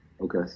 Okay